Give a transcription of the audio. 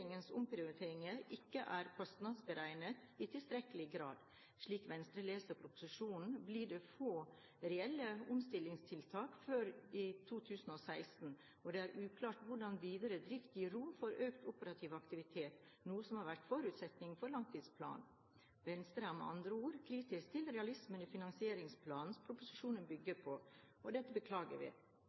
regjeringens omprioriteringer ikke er kostnadsberegnet i tilstrekkelig grad. Slik Venstre leser proposisjonen, blir det få reelle omstillingstiltak før etter 2016, og det er uklart hvordan videre drift gir rom for økt operativ aktivitet, noe som har vært forutsetningen for langtidsplanen. Venstre er med andre ord kritisk til realismen i finansieringsplanen proposisjonen bygger på. Dette beklager vi.